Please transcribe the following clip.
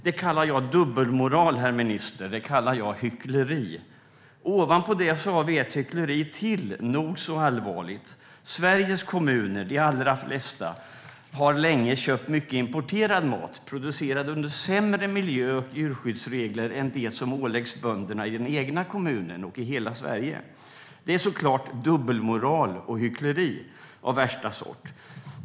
Det kallar jag dubbelmoral och hyckleri, herr minister. Ovanpå detta har vi ett hyckleri till som är nog så allvarligt. De allra flesta av Sveriges kommuner har länge köpt mycket importerad mat producerad i en sämre miljö och med sämre djurskyddsregler än som åläggs bönderna i den egna kommunen och i hela Sverige. Det är såklart dubbelmoral och hyckleri av värsta sort.